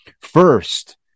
first